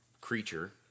Creature